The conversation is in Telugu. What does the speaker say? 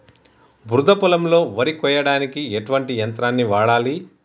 బురద పొలంలో వరి కొయ్యడానికి ఎటువంటి యంత్రాన్ని వాడాలి?